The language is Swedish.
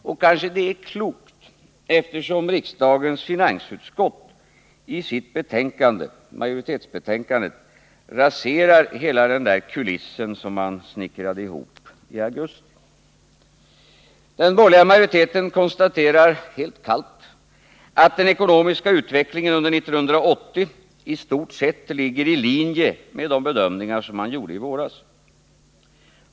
Och kanske det är klokt att de inte fört fram den, eftersom riksdagens finansutskott i sitt majoritetsbetänkande raserar hela den kuliss som snickrades ihop i augusti. Den borgerliga majoriteten konstaterar helt kallt att den ekonomiska utvecklingen under 1980 i stort sett ligger i linje med de bedömningar som man gjorde i våras.